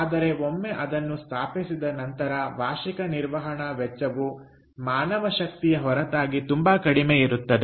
ಆದರೆ ಒಮ್ಮೆ ಅದನ್ನು ಸ್ಥಾಪಿಸಿದ ನಂತರ ವಾರ್ಷಿಕ ನಿರ್ವಹಣಾ ವೆಚ್ಚವು ಮಾನವಶಕ್ತಿಯ ಹೊರತಾಗಿ ತುಂಬಾ ಕಡಿಮೆ ಇರುತ್ತದೆ